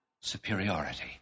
superiority